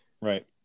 Right